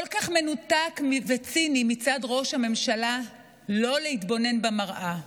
כל כך מנותק וציני מצד ראש ממשלה לא להתבונן במראה: